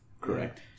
Correct